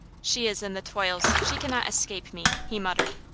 she is in the toils! she cannot escape me! he muttered.